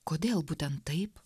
kodėl būtent taip